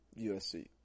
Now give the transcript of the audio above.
USC